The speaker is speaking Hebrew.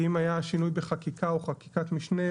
אם היה שינוי בחקיקה או חקיקת משנה,